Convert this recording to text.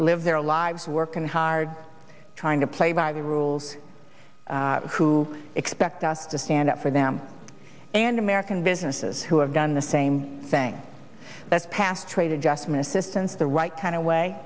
lived their lives working hard trying to play by the rules who expect us to stand up for them and american businesses who have done the same thing that's passed trade adjustment assistance the right kind of way